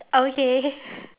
okay